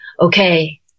okay